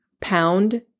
pound